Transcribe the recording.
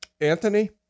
Anthony